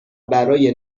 برای